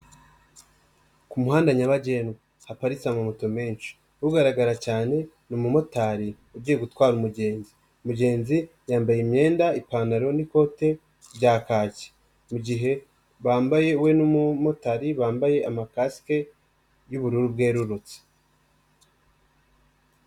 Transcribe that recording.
Umuhanda nyabagendwa, haparitse ama moto menshi ugaragara cyane, ni umumotari ugiye gutwara umugenzi, umugenzi yambaye imyenda ipantaro n'ikote rya kaki, mugihe bambaye we n'umumotari bambaye amakasike y'ubururu bwerurutse.